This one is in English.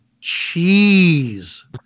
cheese